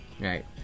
Right